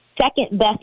second-best